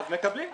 אז מטפלים.